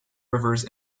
rivers